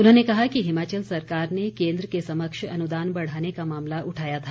उन्होंने कहा कि हिमाचल सरकार ने केन्द्र के समक्ष अनुदान बढ़ाने का मामला उठाया था